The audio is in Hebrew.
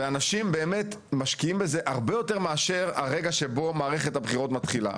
ואנשים באמת משקיעים בזה הרבה יותר מאשר הרגע שבו מערכת הבחירות מתחילה.